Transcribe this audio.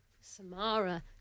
Samara